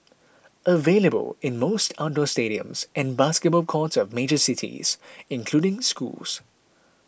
available in most outdoor stadiums and basketball courts of major cities including schools